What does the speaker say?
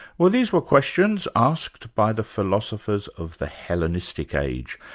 well these were questions asked by the philosophers of the hellenistic age.